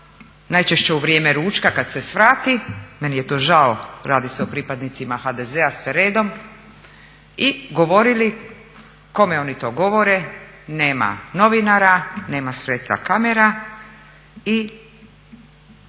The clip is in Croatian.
najčešće u vrijeme ručka kad se svrati, meni je to žao. Radi se o pripadnicima HDZ-a sve redom i govorili kome oni to govore, nema novinara, nema svjetla kamera i